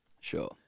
Sure